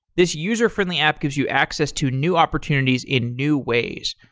this user-friendly app gives you access to new opportunities in new ways.